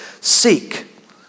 Seek